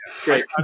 Great